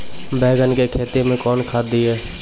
बैंगन की खेती मैं कौन खाद दिए?